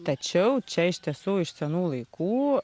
tačiau čia iš tiesų iš senų laikų